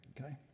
Okay